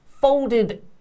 folded